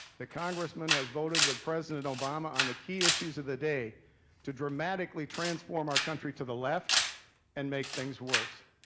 the congressman has voted with president obama on the key issues of the day to dramatically transform our country to the left and make things worse.